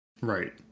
right